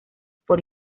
por